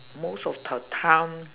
most of the time